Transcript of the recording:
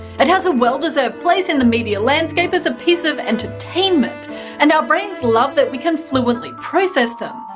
it has a well-deserved place in the media landscape as a piece of entertainment and our brains love that we can fluently process them.